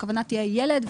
הכוונה תהיה "ילד".